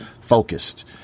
focused